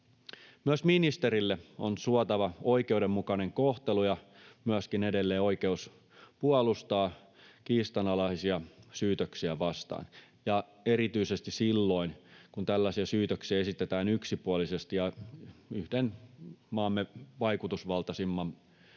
Myös ministerille on suotava oikeudenmukainen kohtelu ja myöskin edelleen oikeus puolustautua kiistanalaisia syytöksiä vastaan ja erityisesti silloin, kun tällaisia syytöksiä esitetään yksipuolisesti ja yhden maamme vaikutusvaltaisimman